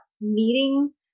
meetings